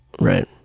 Right